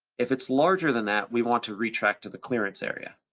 if it's larger than that, we want to retract to the clearance area.